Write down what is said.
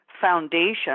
foundation